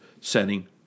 setting